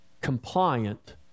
compliant